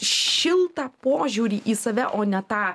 šiltą požiūrį į save o ne tą